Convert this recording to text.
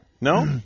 No